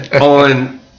on